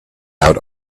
out